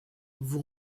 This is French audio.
vous